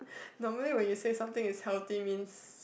normally when you say something is healthy means